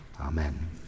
Amen